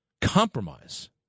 Compromise